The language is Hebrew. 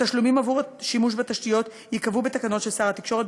התשלומים עבור השימוש בתשתיות ייקבעו בתקנות של שר התקשורת,